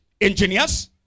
engineers